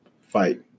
fight